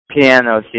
piano